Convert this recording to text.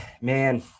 man